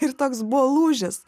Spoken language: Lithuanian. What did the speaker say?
ir toks buvo lūžis